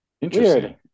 Interesting